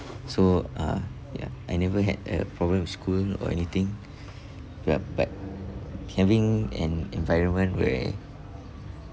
so uh ya I never had a problem with school or anything ya but having an environment where